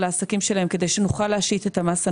העסקים שלהם כדי שנוכל להשית את המס הנכון.